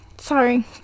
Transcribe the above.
sorry